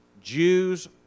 Jews